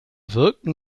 wirken